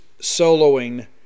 soloing